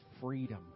freedom